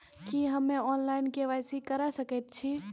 की हम्मे online, KYC करा सकैत छी?